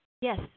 Yes